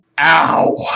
Ow